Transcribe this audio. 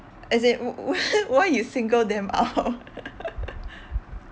as in w~ w~ why you single them out